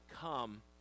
come